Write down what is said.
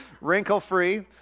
Wrinkle-free